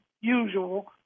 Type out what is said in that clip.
usual